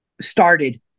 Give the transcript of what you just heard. Started